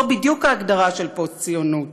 זו בדיוק ההגדרה של פוסט-ציונות.